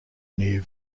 near